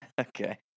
okay